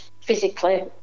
physically